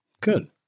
Good